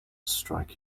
strike